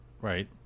Right